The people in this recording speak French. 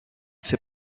ses